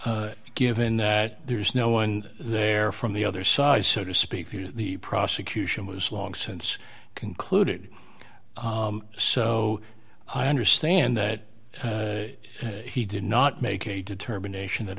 incredible given that there's no one there from the other side so to speak the prosecution was long since concluded so i understand that he did not make a determination that